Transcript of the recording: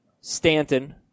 Stanton